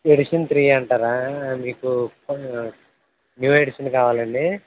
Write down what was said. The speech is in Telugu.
ఎడిషన్ త్రీ అంటారా మీకు న్యూ ఎడిషన్ కావాలండీ